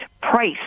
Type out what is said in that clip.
price